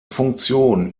funktion